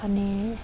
পানী